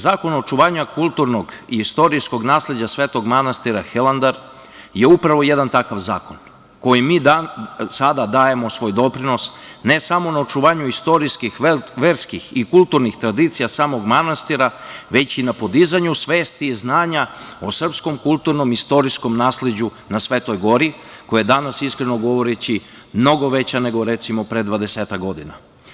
Zakon o očuvanju kulturnog i istorijskog nasleđa Svetog manastira Hilandar je upravo jedan takav zakon, kojim mi sada dajemo svoj doprinos, ne samo na očuvanju istorijskih, verskih i kulturnih tradicija samog manastira, već i na podizanju svesti, znanja o srpskom kulturnom i istorijskom nasleđu na Svetoj gori koja je danas, iskreno govoreći, mnogo veća nego pre 20-ak godina.